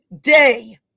day